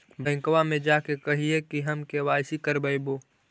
बैंकवा मे जा के कहलिऐ कि हम के.वाई.सी करईवो?